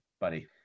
buddy